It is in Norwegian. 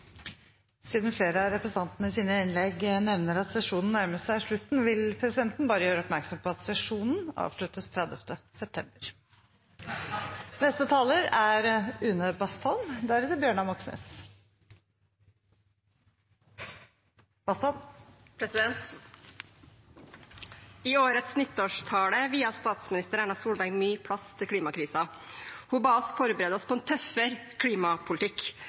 Siden flere av representantene i sine innlegg nevner at sesjonen nærmer seg slutten, vil presidenten bare gjøre oppmerksom på at sesjonen avsluttes 30. september. I årets nyttårstale viet statsminister Erna Solberg mye plass til klimakrisen. Hun ba oss forberede oss på en tøffere klimapolitikk.